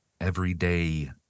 everyday